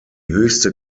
höchste